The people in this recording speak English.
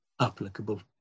applicable